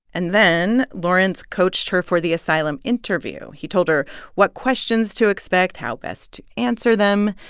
and then lawrence coached her for the asylum interview. he told her what questions to expect, how best to answer them.